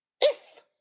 If